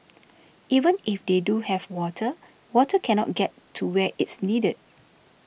even if they do have water water cannot get to where it's needed